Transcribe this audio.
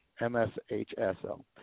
MSHSL